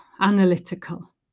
analytical